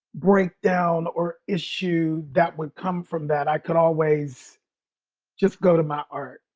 break down or issue that would come from that, i could always just go to my art.